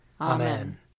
Amen